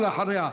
ואחריה,